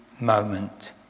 moment